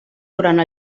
durant